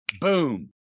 Boom